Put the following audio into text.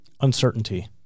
Uncertainty